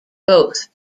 both